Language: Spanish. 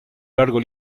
largo